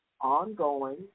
ongoing